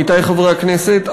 עמיתי חברי הכנסת,